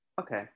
Okay